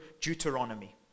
Deuteronomy